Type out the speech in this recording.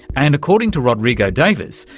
and according to rodrigo davies,